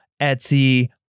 Etsy